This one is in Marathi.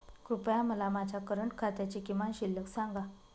कृपया मला माझ्या करंट खात्याची किमान शिल्लक सांगा